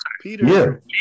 Peter